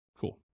Cool